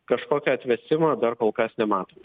kažkokio atvėsimo dar kol kas nematome